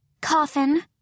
Coffin